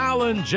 Alan